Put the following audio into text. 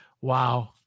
Wow